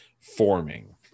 forming